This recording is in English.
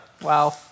Wow